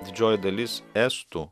didžioji dalis estų